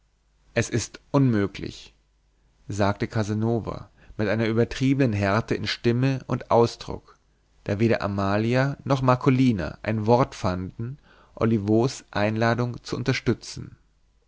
es ist unmöglich sagte casanova mit einer übertriebenen härte in stimme und ausdruck da weder amalia noch marcolina ein wort fanden olivos einladung zu unterstützen